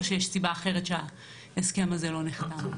או שיש סיבה אחרת שההסכם הזה לא נחתם?